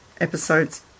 episodes